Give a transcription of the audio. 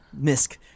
Misk